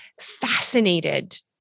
fascinated